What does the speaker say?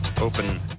open